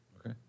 Okay